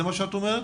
זה מה שאת אומרת?